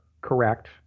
correct